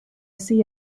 see